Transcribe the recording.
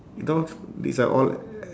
you know these are all